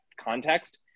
context